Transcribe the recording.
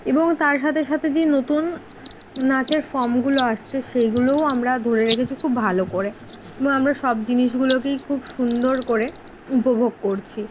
এবং তার সাথে সাথে যে নতুন নাচের ফর্মগুলো আসছে সেগুলোও আমরা ধরে রেখেছি খুব ভালো করে এবং আমরা সব জিনিসগুলোকেই খুব সুন্দর করে উপভোগ করছি